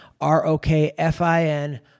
R-O-K-F-I-N